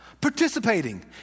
participating